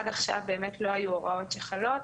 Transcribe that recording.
עד עכשיו לא היו הוראות שחלות,